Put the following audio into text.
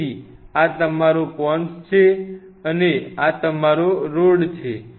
તેથી આ તમારો કોન્સ છે અને આ તમારો રૉડ છે